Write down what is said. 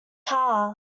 car